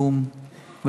כלום,